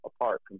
apart